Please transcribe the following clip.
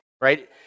right